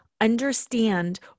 understand